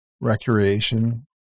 recreation